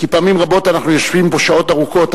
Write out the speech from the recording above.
כי פעמים רבות אנחנו יושבים פה שעות ארוכות,